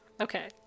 okay